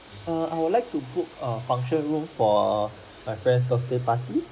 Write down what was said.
err I would like to book err function room for err my friends birthday party